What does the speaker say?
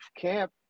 camp